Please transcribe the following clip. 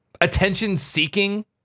attention-seeking